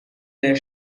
their